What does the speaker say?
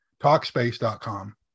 Talkspace.com